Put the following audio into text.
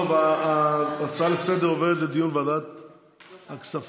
אז ההצעה לסדר-היום הזאת עוברת לדיון בוועדת הכספים.